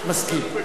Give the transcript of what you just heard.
מסכים.